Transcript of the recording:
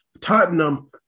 Tottenham